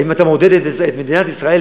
אבל אם אתה מעודד את מדינת ישראל,